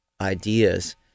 ideas